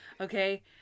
Okay